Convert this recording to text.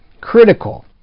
critical